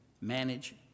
manage